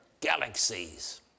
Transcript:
galaxies